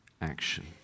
action